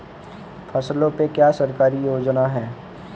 फसलों पे क्या सरकारी योजना है?